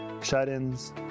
Shut-ins